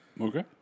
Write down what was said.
Okay